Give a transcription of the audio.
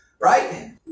Right